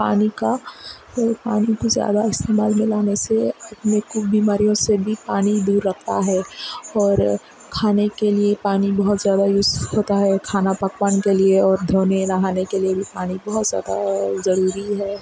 پانی کا اور پانی کو زیادہ استعمال میں لانے سے میرے کو بیماریوں سے بھی پانی دور رکھتا ہے اور کھانے کے لیے پانی بہت زیادہ یوز ہوتا ہے کھانا پکوان کے لیے اور دھونے نہانے کے لیے بھی پانی بہت زیادہ ضروری ہے